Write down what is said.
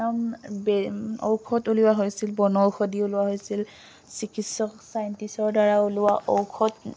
ঔষধ ওলিওৱা হৈছিল বনৌষধি ওলোৱা হৈছিল চিকিৎসক চাইণ্টিষ্টৰ দ্বাৰা ওলোৱা ঔষধ